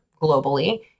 globally